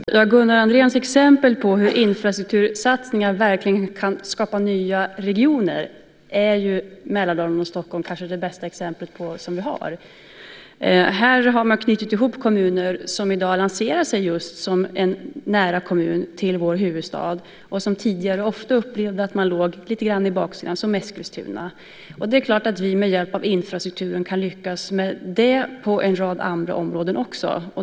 Herr talman! Gunnar Andrén gav exempel på hur infrastruktursatsningar verkligen kan skapa regioner. Där är kanske Mälardalen och Stockholm det bästa exemplet vi har. Här har man knutit ihop kommuner som i dag lanserar sig just som nära kommuner till vår huvudstad. De upplevde ofta tidigare att de låg lite grann mot baksidan, som Eskilstuna. Det är klart att vi med hjälp av infrastrukturen kan lyckas med det på en rad andra områden också.